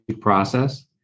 process